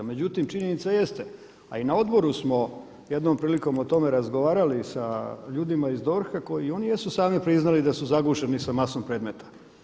Međutim, činjenica jeste a i na odboru smo jednom prilikom o tome razgovarali i sa ljudima iz DORH-a i oni jesu sami priznali da su zagušeni sa masom predmeta.